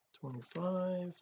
twenty-five